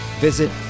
Visit